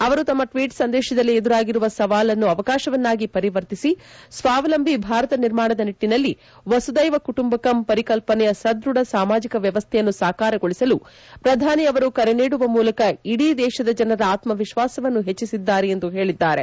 ಅವರು ತಮ್ಮ ಟ್ವೀಟ್ ಸಂದೇಶದಲ್ಲಿ ಎದುರಾಗಿರುವ ಸವಾಲನ್ನು ಅವಕಾಶವನ್ನಾಗಿ ಪರಿವರ್ತಿಸಿ ಸ್ವಾವಲಂಬಿ ಭಾರತ ನಿರ್ಮಾಣದ ನಿಟ್ಟಿನಲ್ಲಿ ವಸುದೈವ ಕುಟುಂಬಕಂ ಪರಿಕಲ್ಪನೆಯ ಸದ್ದಢ ಸಾಮಾಜಿಕ ವ್ಯವಸ್ವೆಯನ್ನು ಸಾಕಾರಗೊಳಿಸಲು ಪ್ರಧಾನಿ ಅವರು ಕರೆ ನೀಡುವ ಮೂಲಕ ಇಡೀ ದೇಶದ ಜನರ ಆತ್ಮವಿಶ್ವಾಸವನ್ನು ಪೆಚ್ಚಿಸಿದ್ದಾರೆ ಎಂದು ಪೇಳಿದ್ದಾರೆ